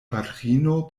patrino